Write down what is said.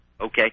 Okay